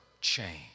change